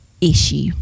issue